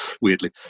weirdly